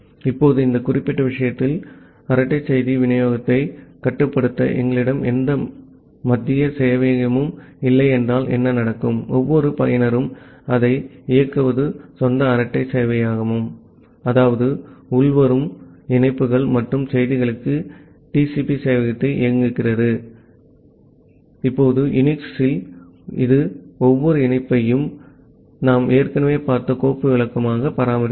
இப்போது இந்த குறிப்பிட்ட விஷயத்தில் அரட்டை செய்தி விநியோகத்தை கட்டுப்படுத்த எங்களிடம் எந்த மத்திய சேவையகமும் இல்லை என்றால் என்ன நடக்கும் ஒவ்வொரு பயனரும் அதை இயக்குவது சொந்த அரட்டை சேவையகம் அதாவது உள்வரும் இணைப்புகள் மற்றும் செய்திகளுக்கு இது TCP சேவையகத்தை இயக்குகிறது இப்போது யுனிக்ஸ் இல் இது ஒவ்வொரு இணைப்பையும் நாம் ஏற்கனவே பார்த்த கோப்பு விளக்கமாக பராமரிக்கிறது